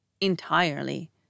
entirely